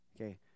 Okay